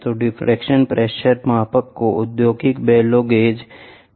तो differential pressure मापक को औद्योगिक बेलो गेज कहा जाता है